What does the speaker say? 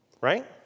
Right